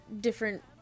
different